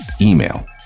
Email